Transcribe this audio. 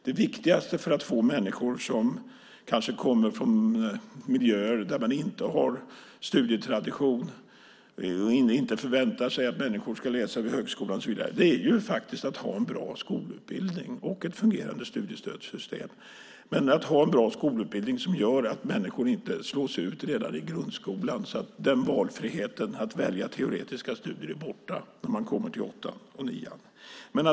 Det viktigaste för att få människor som kanske kommer från miljöer där det inte finns en studietradition, där man inte förväntas läsa vid högskolan och så vidare, är att ha en bra skolutbildning och ett fungerande studiestödssystem. En bra skolutbildning gör att människor inte slås ut redan i grundskolan genom att valfriheten att välja teoretiska studier är borta när man kommer till åttan och nian.